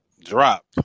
Drop